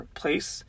place